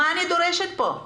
מה אני דורשת פה?